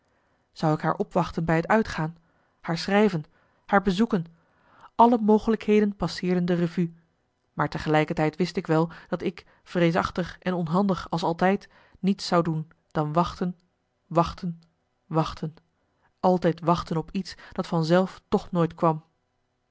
zou ik haar opwachten bij het uitgaan haar schrijven haar bezoeken alle mogelijkheden passeerden de revue maar tegelijkertijd wist ik wel dat ik vreesachtig en onhandig als altijd niets zou doen dan wachten wachten wachten altijd wachten op iets dat van zelf toch nooit kwam